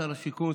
שר השיכון,